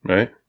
Right